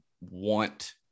want